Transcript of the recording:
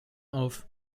auf